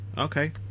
Okay